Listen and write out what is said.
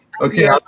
Okay